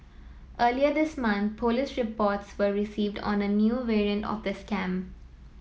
earlier this month police reports were received on the new variant of the scam